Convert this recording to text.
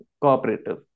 cooperative